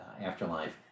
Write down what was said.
afterlife